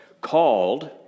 called